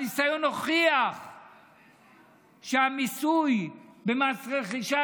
הניסיון הוכיח שהמיסוי במס רכישה,